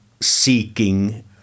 seeking